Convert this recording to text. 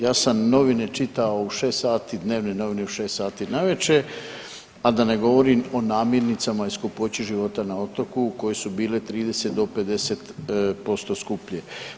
Ja sam novine čitao u 6 sati, dnevne novine u 6 sati navečer, a da ne govorim o namirnicama i skupoći života na otoku koje su bile 30 do 50% skuplje.